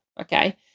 okay